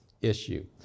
issue